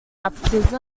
baptism